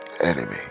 enemy